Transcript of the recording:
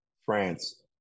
France